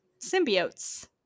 symbiotes